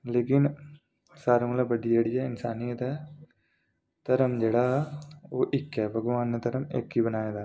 लेकिन सारें कोला बड्डी जेह्ड़ी ऐ इन्सानियत ऐ धर्म जेह्ड़ा ओह् इक ऐ भगोआन ने धर्म इक गै बनाए दा